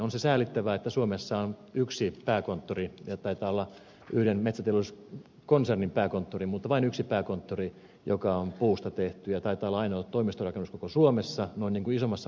on se säälittävää että suomessa on vain yksi pääkonttori taitaa olla yhden metsätalous konsernin pääkonttori mutta vain metsäteollisuuskonsernin pääkonttori joka on puusta tehty taitaa olla ainoa puinen toimistorakennus koko suomessa noin isommassa mittakaavassa